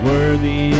Worthy